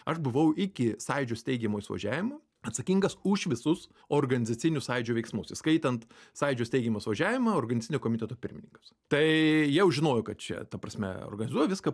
aš buvau iki sąjūdžio steigiamojo suvažiavimo atsakingas už visus organizacinius sąjūdžio veiksmus įskaitant sąjūdžio steigimą suvažiavimą organizacinio komiteto pirmininkas tai jau žinojau kad čia ta prasme organizuoja viską